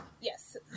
yes